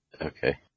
Okay